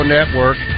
Network